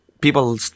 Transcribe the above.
people